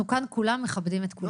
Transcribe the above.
אנחנו כאן כולם מכבדים את כולם.